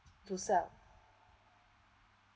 to sell